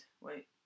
wait